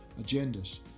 agendas